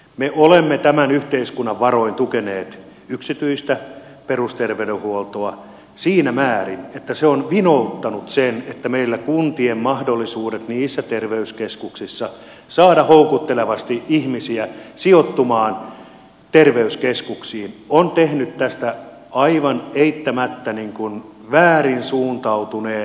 me olemme tämän yhteiskunnan varoin tukeneet yksityistä perusterveydenhuoltoa siinä määrin että se on vinouttanut meillä kuntien mahdollisuudet niissä terveyskeskuksissa saada houkuttelevasti ihmisiä sijoittumaan terveyskeskuksiin on tehnyt tästä aivan eittämättä väärin suuntautuneen